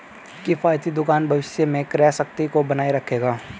किफ़ायती दुकान भविष्य में क्रय शक्ति को बनाए रखेगा